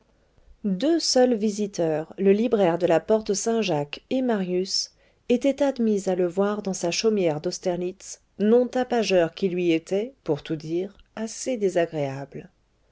deux seuls visiteurs le libraire de la porte saint-jacques et marius étaient admis à le voir dans sa chaumière d'austerlitz nom tapageur qui lui était pour tout dire assez désagréable